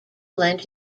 lent